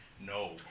no